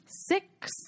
Six